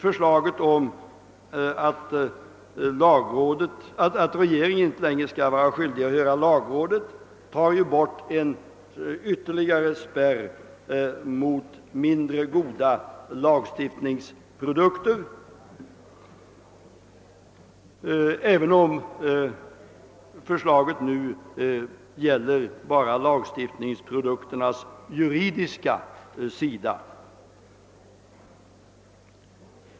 Förslaget om att regeringen inte längre skall vara skyldig att höra lagrådet innebär ett borttagande av ytterligare en spärr mot mindre goda lagstiftningsprodukter, även om det nu aktuella förslaget bara gäller dessa produkters juridiska sida.